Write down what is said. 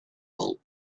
bulk